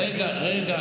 רגע.